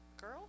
girl